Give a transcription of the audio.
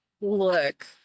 look